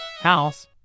house